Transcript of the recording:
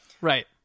Right